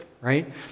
right